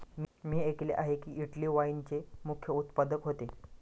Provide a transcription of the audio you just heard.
मी ऐकले आहे की, इटली वाईनचे मुख्य उत्पादक होते